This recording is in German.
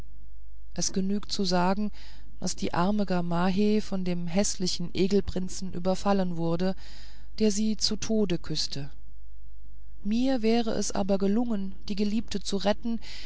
es genügt zu sagen daß die arme gamaheh von dem häßlichen egelprinzen überfallen wurde der sie zu tode küßte mir wär es aber gelungen die geliebte zu retten